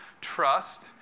trust